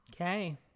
Okay